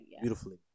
beautifully